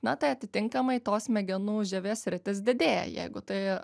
na tai atitinkamai tos smegenų žievės sritis didėja jeigu tai